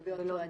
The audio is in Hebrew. לגבי אותו אדם,